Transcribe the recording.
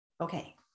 Okay